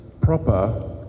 proper